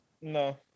No